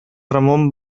ramon